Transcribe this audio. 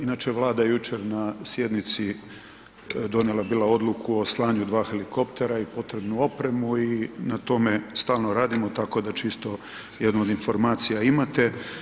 Inače Vlada je jučer na sjednici donijela bila odluku o slanju dva helikoptere i potrebnu opremu i na tome stalno radimo, tako da čisto jednu od informacija imate.